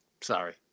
Sorry